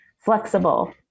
flexible